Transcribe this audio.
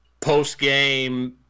post-game